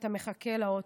כשאתה מחכה לאוטובוס,